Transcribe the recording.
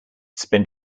spent